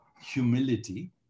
humility